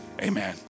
amen